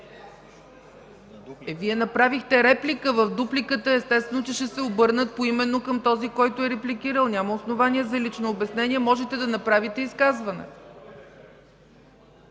Вие направихте реплика. В дупликата естествено, че ще се обърна поименно към този, който е репликирал. Няма основание за лично обяснение. Можете да направите изказване.